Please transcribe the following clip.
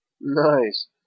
Nice